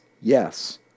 yes